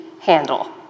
handle